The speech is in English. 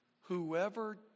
Whoever